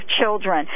children